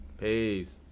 Peace